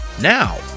Now